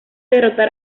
derrotar